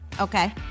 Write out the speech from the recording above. Okay